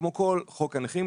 כמו כל חוק הנכים,